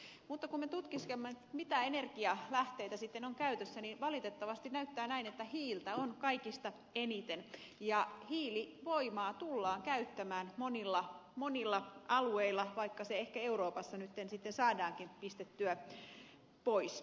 mutta kun me tutkiskelemme mitä energialähteitä sitten on käytössä niin valitettavasti näyttää siltä että hiiltä on kaikista eniten ja hiilivoimaa tullaan käyttämään monilla alueilla vaikka se ehkä euroopassa nyt sitten saadaankin pistettyä pois